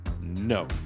No